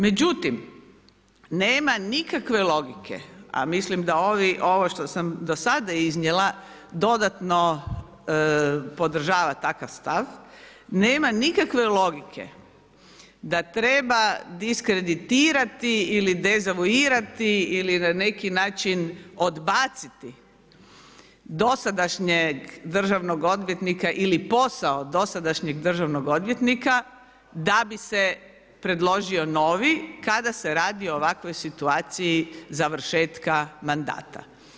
Međutim, nema nikakve logike, a mislim da ovo što sam do sada iznijela dodatno podržava takav stav, nema nikakve logike da treba diskreditirati ili dezavuirati ili na neki način odbaciti dosadašnjeg državnog odvjetnika ili posao dosadašnjeg državnog odvjetnika da bi se predložio novi, kada se radi o ovakvoj situaciji završetka mandata.